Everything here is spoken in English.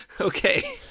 Okay